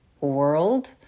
world